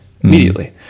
immediately